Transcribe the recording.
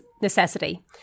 necessity